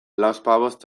lauzpabost